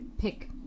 pick